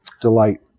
Delight